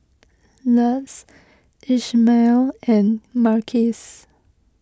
Luz Ishmael and Marquise